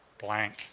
blank